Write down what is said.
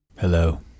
Hello